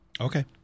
Okay